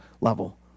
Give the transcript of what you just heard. level